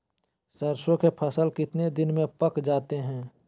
सरसों के फसल कितने दिन में पक जाते है?